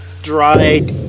dried